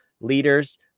leaders